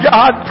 God